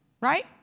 right